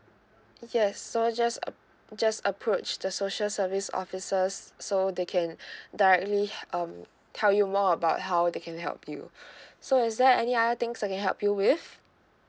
yes so just uh just approach the social service officers so they can directly h~ um tell you more about how they can help you so is there any other things I can help you with